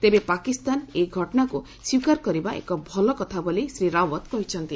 ତେବେ ପାକିସ୍ତାନ ଏ ଘଟଣାକୁ ସ୍ୱୀକାର କରିବା ଏକ ଭଲ କଥା ବୋଳି ଶ୍ରୀ ରାଓ୍ୱତ କହିଛନ୍ତି